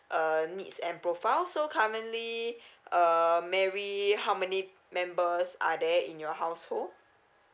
uh needs and profile so currently uh mary how many members are there in your household